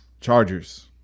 Chargers